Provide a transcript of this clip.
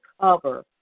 cover